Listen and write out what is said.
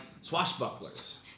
swashbucklers